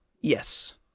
Yes